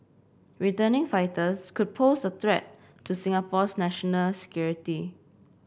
returning fighters could pose a threat to Singapore's national security